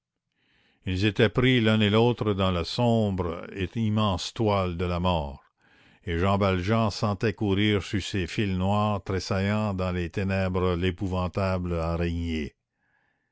ils étaient pris l'un et l'autre dans la sombre et immense toile de la mort et jean valjean sentait courir sur ces fils noirs tressaillant dans les ténèbres l'épouvantable